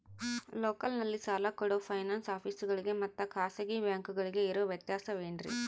ಲೋಕಲ್ನಲ್ಲಿ ಸಾಲ ಕೊಡೋ ಫೈನಾನ್ಸ್ ಆಫೇಸುಗಳಿಗೆ ಮತ್ತಾ ಖಾಸಗಿ ಬ್ಯಾಂಕುಗಳಿಗೆ ಇರೋ ವ್ಯತ್ಯಾಸವೇನ್ರಿ?